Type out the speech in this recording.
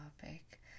topic